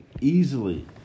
easily